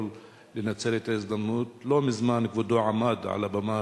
ולנצל את ההזדמנות ולשאול: לא מזמן כבודו עמד על הבמה